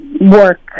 work